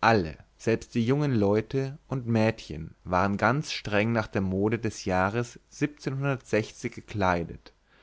alle selbst die jungen leute und mädchen waren ganz streng nach der mode des jahres gekleidet